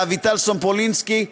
לאביטל סומפולינסקי,